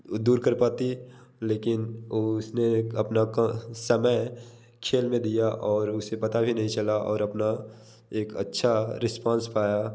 वो दूर कर पाती लेकिन एक अपना का समय खेल में दिया और उसे पता भी नहीं चला और अपना एक अच्छा रिसपॉन्स पाया